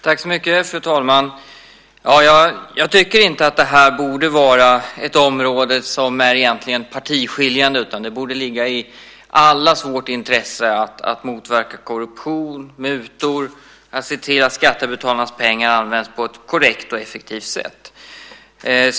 Fru talman! Jag tycker inte att detta borde vara ett område som är partiskiljande. Det borde ligga i allas vårt intresse att motverka korruption och mutor och att se till att skattebetalarnas pengar används på ett korrekt och effektivt sätt.